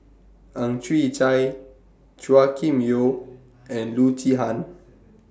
Ang Chwee Chai Chua Kim Yeow and Loo Zihan